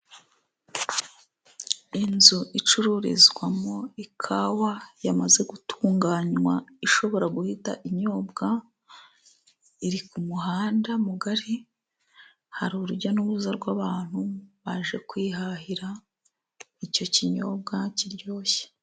Inzu icururizwamo ikawa yamaze gutunganywa ishobora guhita inyobwa iri ku muhanda mugari hari urujya n'uruza rw'abantu baje kwihahira icyo kinyobwa kiryoshye.